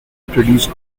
produce